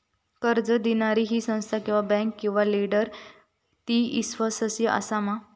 कर्ज दिणारी ही संस्था किवा बँक किवा लेंडर ती इस्वासाची आसा मा?